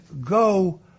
go